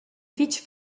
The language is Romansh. fich